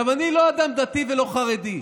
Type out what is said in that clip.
אני לא אדם דתי ולא חרדי,